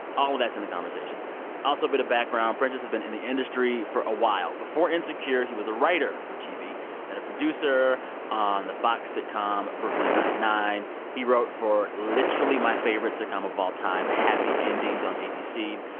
all of that's in the conversation also a bit of background prentice has been in the industry for a while. before insecure, he was a writer for tv and a producer on the fox sitcom brooklyn nine-nine. he wrote for literally my favorite sitcom of all time, happy endings on abc.